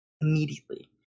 Immediately